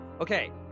Okay